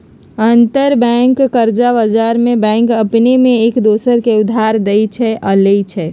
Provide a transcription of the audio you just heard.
अंतरबैंक कर्जा बजार में बैंक अपने में एक दोसर के उधार देँइ छइ आऽ लेइ छइ